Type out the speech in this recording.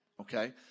okay